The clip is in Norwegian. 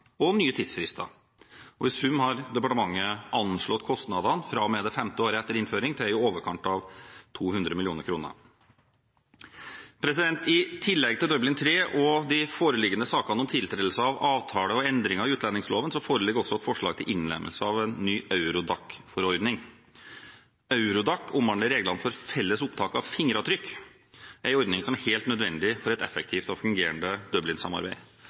og nye tidsfrister. I sum har departementet anslått kostnadene – fra og med det femte året etter innføring – til i overkant av 200 mill. kr. I tillegg til Dublin III og de foreliggende sakene om tiltredelse av avtale og endringer i utlendingsloven foreligger også forslag til innlemmelse av ny Eurodac-forordning. Eurodac omhandler reglene for felles opptak av fingeravtrykk, en ordning som er helt nødvendig for et effektivt og fungerende